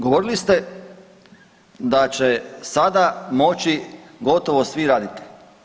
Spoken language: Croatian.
Govorili ste da će sada moći gotovo svi raditi.